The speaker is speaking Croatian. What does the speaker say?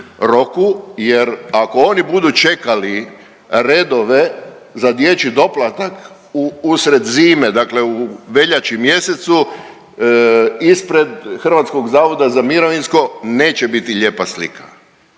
jer ako oni budu čekali redove za dječji doplatak usred zime, dakle u veljači mjesecu ispred HZMO-a neće biti lijepa slika.